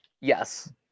Yes